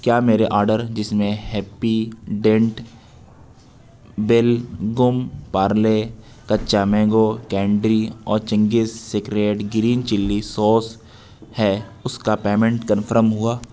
کیا میرے آرڈر جس میں Happydent bell gum Parle Kaccha mango candy اور Ching's secret green chilli sauce ہے اس کا پیمنٹ کنفرم ہوا